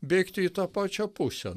bėgti į tą pačią pusę